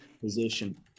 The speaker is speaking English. position